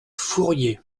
fourrier